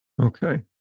Okay